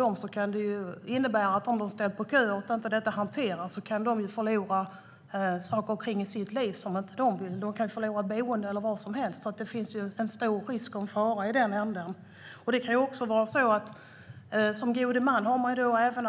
Om situationen inte hanteras och dessa människor ställs på kö kan de förlora boenden eller vad som helst annat. Det finns en stor risk och fara i den änden. En god man ska även